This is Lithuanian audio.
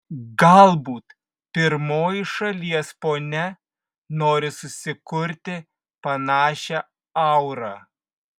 galbūt pirmoji šalies ponia nori susikurti panašią aurą